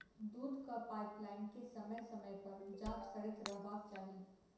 दूधक पाइपलाइन के समय समय पर जाँच करैत रहबाक चाही